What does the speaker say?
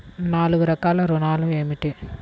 నాలుగు రకాల ఋణాలు ఏమిటీ?